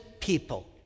people